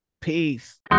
Peace